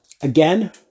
Again